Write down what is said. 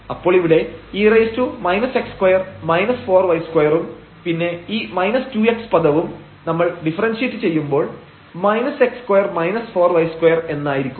അപ്പോൾ ഇവിടെ e ഉം പിന്നെ ഈ 2 x പദവും നമ്മൾ ഡിഫറെൻഷിയേറ്റ് ചെയ്യുമ്പോൾ x2 4 y2 എന്നായിരിക്കും